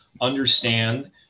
understand